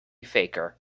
faker